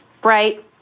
bright